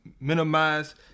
minimize